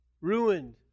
ruined